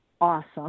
awesome